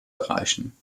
erreichen